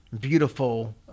beautiful